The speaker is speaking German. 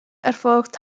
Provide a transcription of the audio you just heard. erfolgt